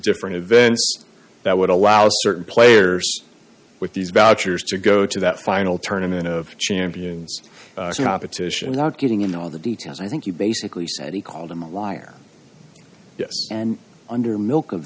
different events that would allow certain players with these vouchers to go to that final turn in of champions petition not getting into all the details i think you basically said he called him a liar and under milk of